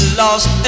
lost